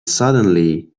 suddenly